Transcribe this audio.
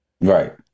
Right